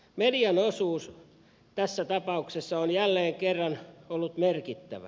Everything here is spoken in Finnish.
median osuus tässä tapauksessa on jälleen kerran ollut merkittävä